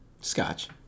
Scotch